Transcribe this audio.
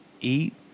eat